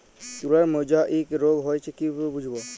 তুলার মোজাইক রোগ হয়েছে কিভাবে বুঝবো?